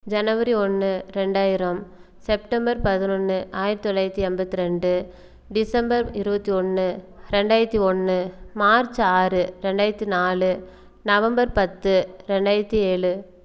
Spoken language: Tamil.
ஜனவரி ஒன்று ரெண்டாயிரம் செப்டம்பர் பதினொன்று ஆயிரத்தி தொள்ளாயிரத்தி எண்பத்தி ரெண்டு டிசம்பர் இருபத்தி ஒன்று இரண்டாயிரத்தி ஒன்று மார்ச் ஆறு இரண்டாயிரத்தி நாலு நவம்பர் பத்து இரண்டாயிரத்தி ஏழு